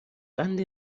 قند